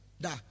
Da